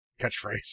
catchphrase